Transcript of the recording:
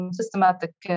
systematic